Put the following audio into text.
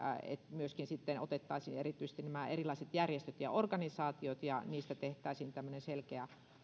myöskin sitten otettaisiin erityisesti nämä erilaiset järjestöt ja organisaatiot ja niistä tehtäisiin tämmöinen selkeä